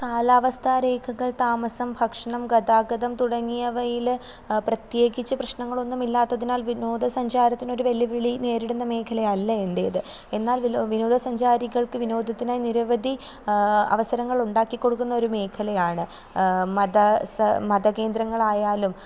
കാലാവസ്ഥ രേഖകൾ താമസം ഭക്ഷണം ഗതാഗതം തുടങ്ങിയവയിൽ പ്രത്യേകിച്ച് പ്രശ്നങ്ങളൊന്നും ഇല്ലാത്തതിനാൽ വിനോദസഞ്ചാരത്തിനൊരു വെല്ലുവിളി നേരിടുന്ന മേഖല അല്ല എൻറേത് എന്നാൽ വിനോ വിനോദസഞ്ചാരികൾക്ക് വിനോദത്തിനായി നിരവധി അവസരങ്ങൾ ഉണ്ടാക്കി കൊടുക്കുന്നൊരു മേഖലയാണ് മത സ മതകേന്ദ്രങ്ങളായാലും